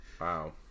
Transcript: wow